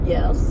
Yes